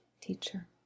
teacher